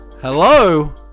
Hello